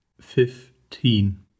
fifteen